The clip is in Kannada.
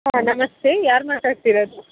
ಹಾಂ ನಮಸ್ತೆ ಯಾರು ಮಾತಾಡ್ತಿರೋದು